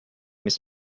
his